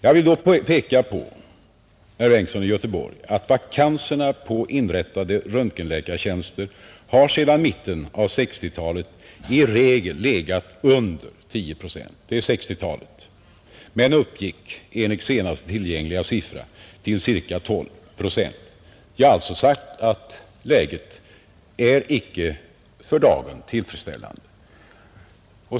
Jag vill påpeka, herr Bengtsson i Göteborg, att vakanserna på inrättade röntgenläkartjänster sedan mitten av 1960-talet i regel legat under 10 procent men enligt senast tillgängliga siffror uppgick till ca 12 procent.